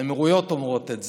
האמירויות אומרות את זה,